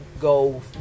go